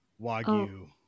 wagyu